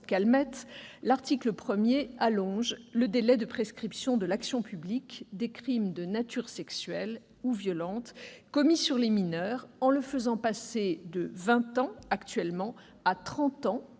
l'article 1 allonge le délai de prescription de l'action publique des crimes de nature sexuelle ou violente commis sur les mineurs, en le faisant passer de vingt ans à trente ans